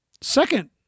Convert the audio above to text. second